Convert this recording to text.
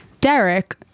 Derek